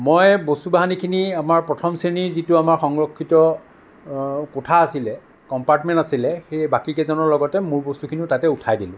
মই বস্তু বাহিনীখিনি আমাৰ প্ৰথম শ্ৰেণীৰ যিটো আমাৰ সংৰক্ষিত কোঠা আছিল কম্পাৰ্টমেণ্ট আছিল সেই বাকীকেইজনৰ লগতে মোৰ বস্তুখিনিও তাতে উঠাই দিলোঁ